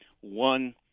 One